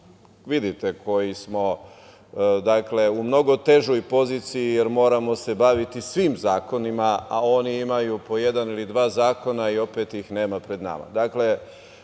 Vidite da smo mi u mnogo težoj poziciji jer se moramo baviti svim zakonima, a oni imaju po jedan ili dva zakona i opet ih nema pred nama. Ovo